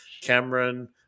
Cameron